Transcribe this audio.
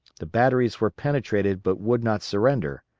the batteries were penetrated but would not surrender.